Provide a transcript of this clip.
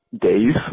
days